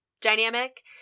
dynamic